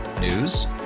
News